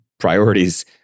priorities